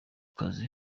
kazi